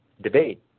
debate